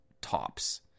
tops